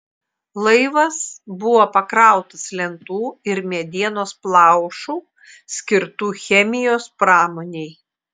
laivas buvo pakrautas lentų ir medienos plaušų skirtų chemijos pramonei